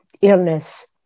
illness